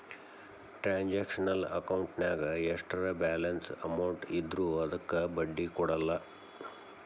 transactional ಅಕೌಂಟಿನ್ಯಾಗ ಎಷ್ಟರ balance amount ಇದ್ರೂ ಅದಕ್ಕ ಬಡ್ಡಿ ಕೊಡಲ್ಲ